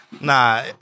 Nah